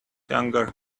younger